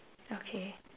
okay